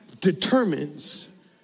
determines